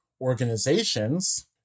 organizations